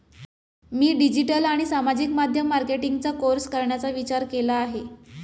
मी digital आणि सामाजिक माध्यम मार्केटिंगचा कोर्स करण्याचा विचार केला आहे